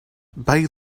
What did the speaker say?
bathe